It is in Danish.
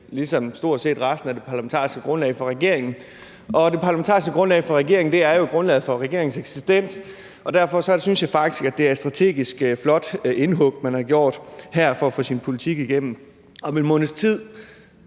regeringen ønsker. Det parlamentariske grundlag for regeringen er jo grundlaget for regeringens eksistens, og derfor synes jeg faktisk, at det er et strategisk flot indhug, man her har gjort for at få sin politik igennem. Om en måneds tid,